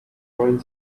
trying